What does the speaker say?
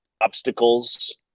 obstacles